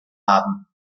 haben